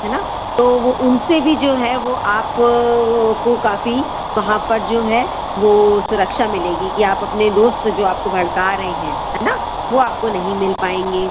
है ना तो वह उन से भी जो है वह आप को काफ़ी वहाँ पर जो है वो सुरक्षा मिलेगी कि आप अपने दोस्त जो आपको भड़का रहे हैं है ना वो आपको नहीं मिल पाएँगे